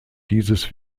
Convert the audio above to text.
dieses